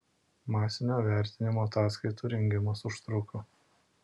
masinio vertinimo ataskaitų rengimas užtruko